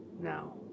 now